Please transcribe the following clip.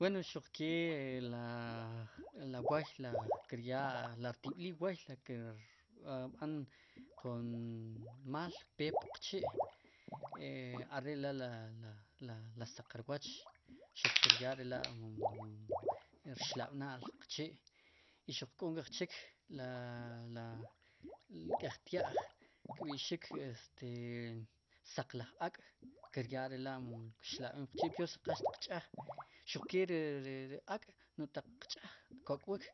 Wen xuq ke la wooy la kiryaa ri rtib'lil wooy ri kir b'an jun maal más kpetik jun rjub'aal puw chi'are' la' la saq rwooch xuq kiryaa ri la' mom. mom rxnab'na'l qchi' y xuq k'o nk'ej chik la, la nk'ej tya'j kb'i'xik saq laj ak' kiryaa lela' mom kxlab'nik puq chi' peor si qal xtiq ch'aaj xuke ri ak' taq qcha'j ko'kwiik